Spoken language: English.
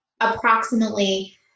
approximately